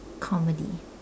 comedy